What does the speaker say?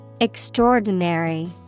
Extraordinary